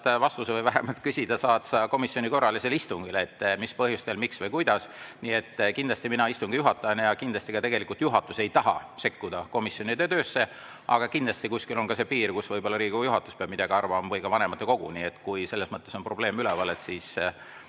vastuse või vähemalt saad küsida komisjoni korralisel istungil, et mis põhjustel, miks või kuidas [nii juhtus]. Nii et kindlasti mina istungi juhatajana ja kindlasti ka tegelikult juhatus ei taha sekkuda komisjonide töösse, aga kindlasti kuskil on see piir, kus Riigikogu juhatus peab midagi arvama, või vanematekogu. Nii et kui selles mõttes on probleem üleval ja ei